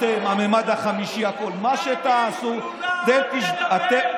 אתם, הממד החמישי, הכול, מה שתעשו, תגיש תלונה.